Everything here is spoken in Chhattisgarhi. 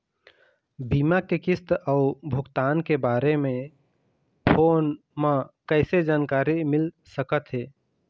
बीमा के किस्त अऊ भुगतान के बारे मे फोन म कइसे जानकारी मिल सकत हे?